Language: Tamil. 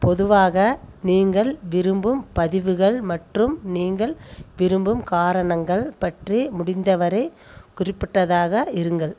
பொதுவாக நீங்கள் விரும்பும் பதிவுகள் மற்றும் நீங்கள் விரும்பும் காரணங்கள் பற்றி முடிந்தவரை குறிப்பிட்டதாக இருங்கள்